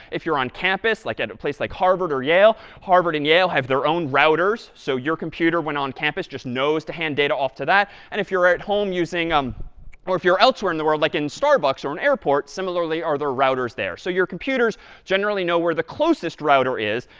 if you're on campus, like at a place like harvard or yale, harvard and yale have their own routers, so your computer, when on campus, just knows to hand data off to that. and if you're at home using um or if you're elsewhere in the world, like in starbucks or an airport, similarly are there routers there. so your computers generally know where the closest router is,